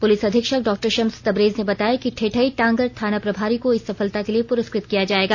police अधीक्षक डॉ शम्स तबरेज ने बताया कि ठेठईटागंर थाना प्रभारी को इस सफलता के लिए पुरस्कृत किया जायगा